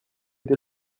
été